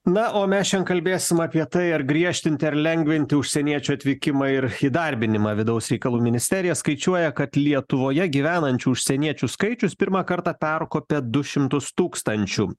na o mes šiandien kalbėsim apie tai ar griežtinti ar lengvinti užsieniečių atvykimą ir įdarbinimą vidaus reikalų ministerija skaičiuoja kad lietuvoje gyvenančių užsieniečių skaičius pirmą kartą perkopė du šimtus tūkstančių